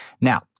Now